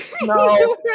No